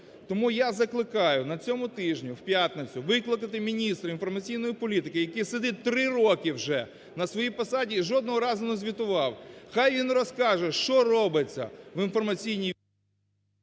Тому я закликаю, на цьому тижні в п'ятницю викликати міністра інформаційної політики, який сидить три роки вже на своїй посаді і жодного разу не звітував. Хай він розкаже, що робиться в інформаційній…